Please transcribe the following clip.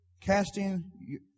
casting